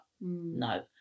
no